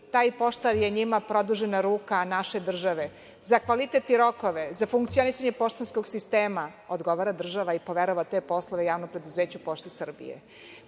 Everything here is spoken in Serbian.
taj poštar je njima produžena ruka naše države. Za kvalitet i rokove, za funkcionisanje poštanskog sistema odgovara država i poverava te poslove JP „Pošte